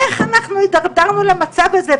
איך התדרדרנו למצב הזה?